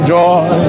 joy